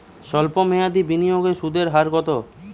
সল্প মেয়াদি বিনিয়োগের সুদের হার কত?